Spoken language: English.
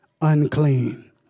unclean